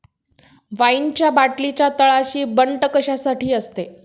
वाईनच्या बाटलीच्या तळाशी बंट कशासाठी असते?